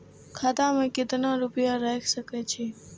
खाता में केतना रूपया रैख सके छी?